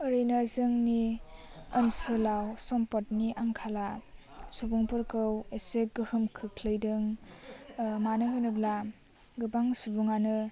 ओरैनो जोंनि ओनसोलाव सम्पदनि आंखाला सुबुंफोरखौ एसे गोहोम खोख्लैदों मानो होनोब्ला गोबां सुबुङानो